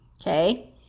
okay